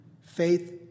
Faith